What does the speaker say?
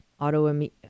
autoimmune